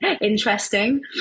interesting